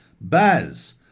Baz